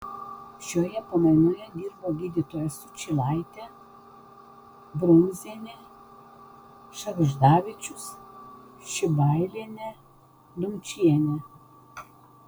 šioje pamainoje dirbo gydytojos sučylaitė brunzienė šagždavičius šibailienė dumčienė